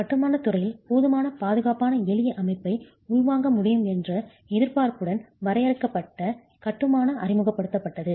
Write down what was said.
கட்டுமானத் துறையில் போதுமான பாதுகாப்பான எளிய அமைப்பை உள்வாங்க முடியும் என்ற எதிர்பார்ப்புடன் வரையறுக்கப்பட்ட கட்டுமானம் அறிமுகப்படுத்தப்பட்டது